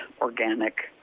organic